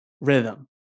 rhythm